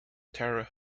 terre